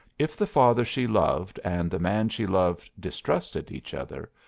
if the father she loved and the man she loved distrusted each other,